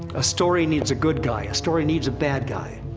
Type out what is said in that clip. a story needs a good guy, a story needs a bad guy.